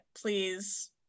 please